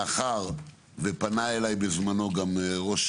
מאחר שפנה אליי בזמנו ראש